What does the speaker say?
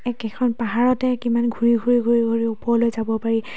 একেখন পাহাৰতে কিমান ঘূৰি ঘূৰি ঘূৰি ঘূৰি ওপৰলৈ যাব পাৰি